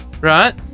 right